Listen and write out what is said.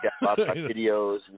Videos